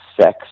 sex